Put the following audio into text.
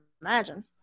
imagine